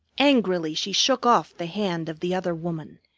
angrily she shook off the hand of the other woman,